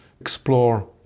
explore